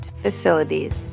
facilities